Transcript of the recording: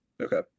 okay